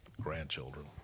grandchildren